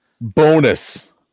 Bonus